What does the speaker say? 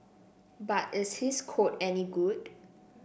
but is his code any good